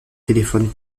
téléphones